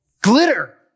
glitter